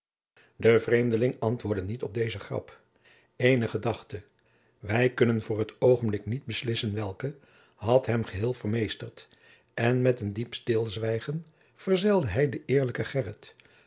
de vreemdeling antwoordde niet op dezen grap eene gedachte wij kunnen voor t oogenblik niet beslissen welke had hem geheel vermeesterd en met een diep stilzwijgen verzelde hij den eerlijken